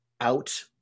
out